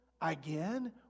again